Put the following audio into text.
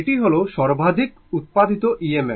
এটি হল সর্বাধিক উত্পাদিত EMF